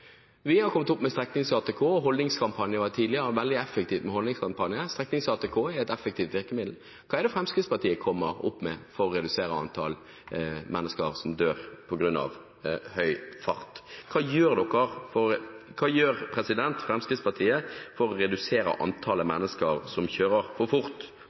Vi har kommet opp med streknings-ATK. Holdningskampanjer tidligere har vært veldig effektive. Streknings-ATK er et effektivt virkemiddel. Hva er det Fremskrittspartiet kommer opp med for å redusere antall mennesker som dør på grunn av høy fart? Hva gjør Fremskrittspartiet for å redusere antallet mennesker som kjører for fort,